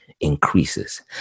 increases